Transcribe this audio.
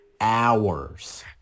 hours